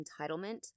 entitlement